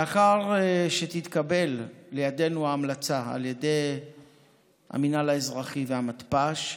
לאחר שתתקבל לידינו ההמלצה על ידי המינהל האזרחי והמתפ"ש,